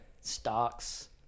Stocks